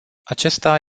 acesta